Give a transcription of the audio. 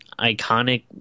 iconic